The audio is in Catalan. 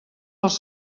dels